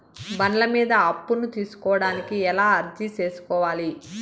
బండ్ల మీద అప్పును తీసుకోడానికి ఎలా అర్జీ సేసుకోవాలి?